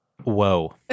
Whoa